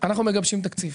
אנחנו מגבשים תקציב,